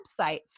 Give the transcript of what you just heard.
websites